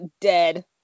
dead